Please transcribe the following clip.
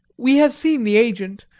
we have seen the agent,